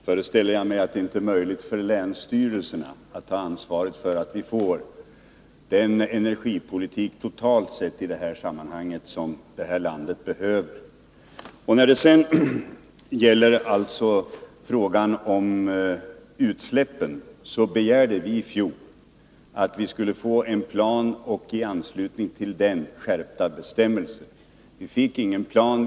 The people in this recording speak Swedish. Herr talman! När det gäller planen föreställer jag mig att det inte är möjligt för länsstyrelserna att ta ansvar för att vi får den energipolitik totalt sett som landet behöver. Vad sedan gäller frågan om utsläppen begärde vi i fjol att vi skulle få en plan och i anslutning till den skärpta bestämmelser. Vi fick ingen plan.